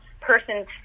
person's